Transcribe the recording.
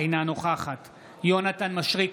אינה נוכחת יונתן מישרקי,